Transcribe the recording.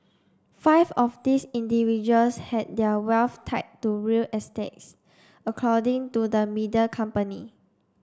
five of these individuals had their wealth tied to real estates according to the media company